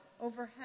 overhead